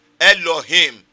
Elohim